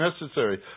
necessary